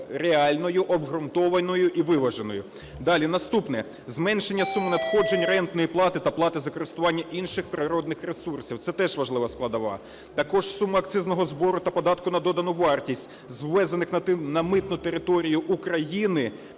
реальною, обґрунтованою і виваженою. Далі, наступне. Зменшення суми надходжень рентної плати та плати за користування інших природних ресурсів. Це теж важлива складова. Також сума акцизного збору та податку на додану вартість з ввезених на митну територію України,